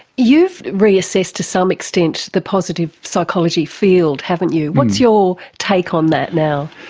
you've reassessed, to some extent, the positive psychology field, haven't you. what's your take on that now?